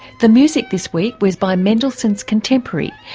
the music this week was by mendelssohn's contemporary,